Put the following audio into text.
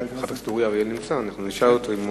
השאילתא נבדק לגופו תיק ההוצאה לפועל,